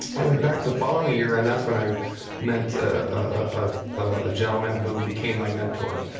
i went back the following year and that's when i met a ah gentleman who became my mentor.